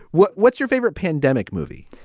what's what's your favorite pandemic movie?